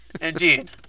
Indeed